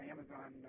Amazon